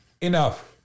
Enough